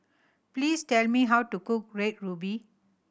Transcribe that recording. please tell me how to cook Red Ruby